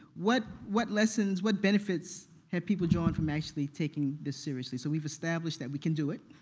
what what lessons, what benefits, have people drawn from actually taking this seriously? so we've established that we can do it,